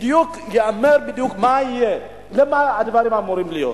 שיאמר בדיוק מה יהיה ומה הדברים שאמורים להיות.